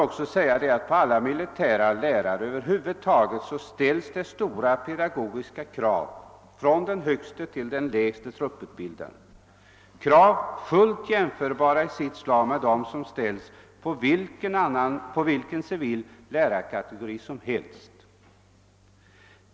| högste till den lägste trupputbildaren, ställs det stora pedagogiska krav, fullt jämförbara i sitt slag med dem som ställs på vilken civil lärarkategori som helst.